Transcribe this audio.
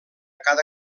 cada